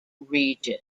region